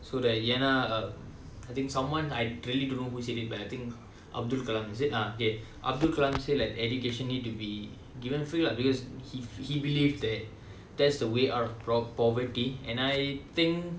so that ஏனா:yaenaa uh I think someone I really don't know who said it but I think abdul kalam ah is it okay abdul kalam said like education need to be given free lah because he he believe that that's the way out of po~ poverty and I think